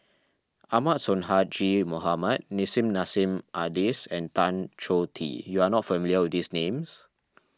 Ahmad Sonhadji Mohamad Nissim Nassim Adis and Tan Choh Tee you are not familiar with these names